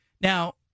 Now